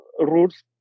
rules